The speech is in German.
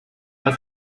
was